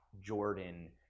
Jordan